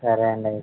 సరే అండి అయితే